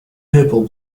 purple